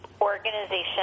organization